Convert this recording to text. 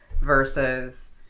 versus